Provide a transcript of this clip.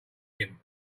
him